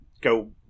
go